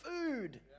food